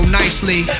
nicely